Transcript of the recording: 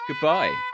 goodbye